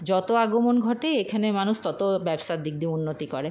যত আগমন ঘটে এখানে মানুষ তত ব্যবসার দিক দিয়ে উন্নতি করে